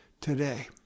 today